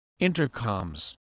intercoms